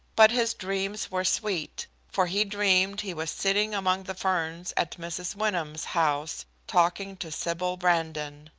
but his dreams were sweet, for he dreamed he was sitting among the ferns at mrs. wyndham's house, talking to sybil brandon.